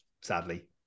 sadly